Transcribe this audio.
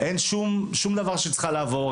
אין שום דבר שהיא צריכה לעבור,